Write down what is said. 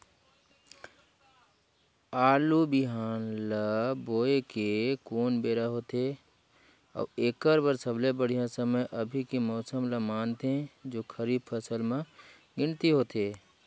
आलू बिहान ल बोये के कोन बेरा होथे अउ एकर बर सबले बढ़िया समय अभी के मौसम ल मानथें जो खरीफ फसल म गिनती होथै?